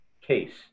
Case